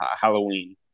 Halloween